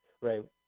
Right